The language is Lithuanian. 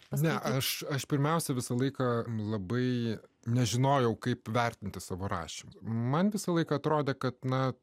ne aš aš pirmiausia visą laiką labai nežinojau kaip vertinti savo rašymą man visąlaik atrodė kad na